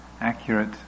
accurate